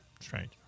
strange